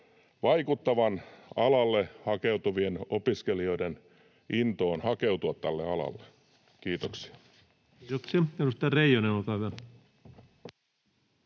vaikuttavan alalle hakeutuvien opiskelijoiden intoon hakeutua tälle alalle? — Kiitoksia. [Speech